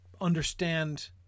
understand